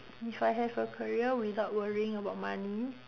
if I have a career without worrying about money